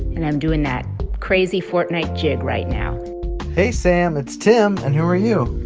and i'm doing that crazy fortnite jig right now hey, sam. it's tim, and who are you?